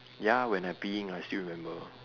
ya when I peeing I still remember